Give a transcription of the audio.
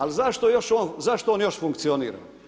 Ali zašto on još funkcionira?